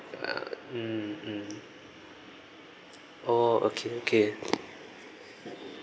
uh mm mm oh okay okay